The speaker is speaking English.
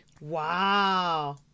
Wow